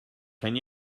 kan